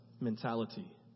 mentality